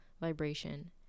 vibration